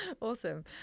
Awesome